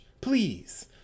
please